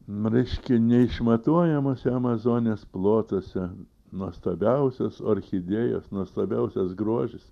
reiškia neišmatuojamuose amazonės plotuose nuostabiausios orchidėjos nuostabiausias grožis